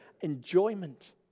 enjoyment